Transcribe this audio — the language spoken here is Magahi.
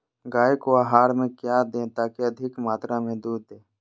गाय को आहार में क्या दे ताकि अधिक मात्रा मे दूध दे?